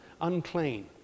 unclean